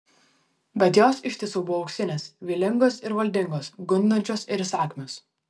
bet jos iš tiesų buvo auksinės vylingos ir valdingos gundančios ir įsakmios